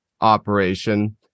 operation